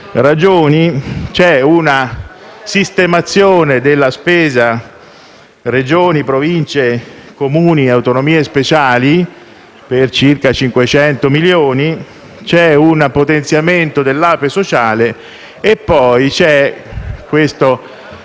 ragioni. C'è una sistemazione dalla spesa Regioni, Province, Comuni e autonomie speciali, per circa 500 milioni; c'è un potenziamento dell'Ape sociale e poi - questo